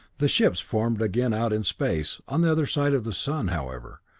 the ships formed again out in space, on the other side of the sun, however,